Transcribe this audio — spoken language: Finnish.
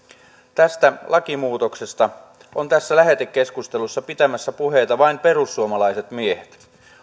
tästä lakimuutoksesta ovat tässä lähetekeskustelussa pitämässä puheita vain perussuomalaiset miehet